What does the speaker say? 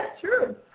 true